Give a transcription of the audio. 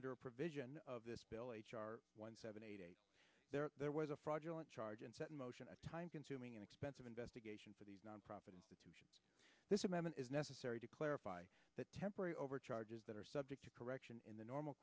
under a provision of this bill h r one seven eight there there was a fraudulent charge and set in motion a time consuming and expensive investigation for the nonprofit institution this amendment is necessary to clarify the temporary overcharges that are subject to correction in the normal